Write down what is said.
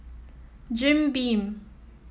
Jim Beam